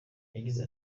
yagize